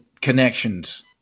connections